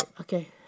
Okay